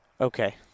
Okay